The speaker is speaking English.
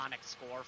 score